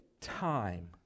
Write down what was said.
time